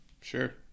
sure